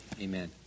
Amen